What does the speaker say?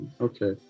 Okay